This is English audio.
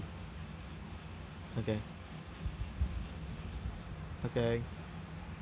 okay okay